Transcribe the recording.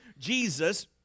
jesus